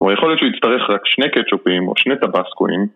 ‫או יכול להיות שהוא יצטרך ‫רק שני קטשופים או שני טבסקויים.